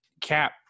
Cap